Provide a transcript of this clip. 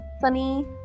sunny